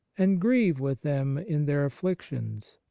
and grieve with them in their afflictions.